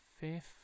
fifth